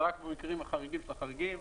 זה רק במקרים חריגים שבחריגים.